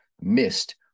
missed